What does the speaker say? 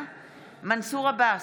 מנסור עבאס,